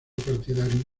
partidario